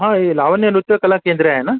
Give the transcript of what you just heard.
हां हे लावण्य नृत्य कलाकेंद्र आहे ना